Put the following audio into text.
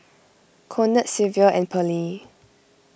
Conard Silvia and Pearle